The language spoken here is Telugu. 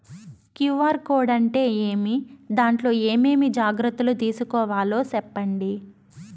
క్యు.ఆర్ కోడ్ అంటే ఏమి? దాంట్లో ఏ ఏమేమి జాగ్రత్తలు తీసుకోవాలో సెప్పండి?